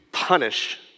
Punish